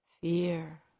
fear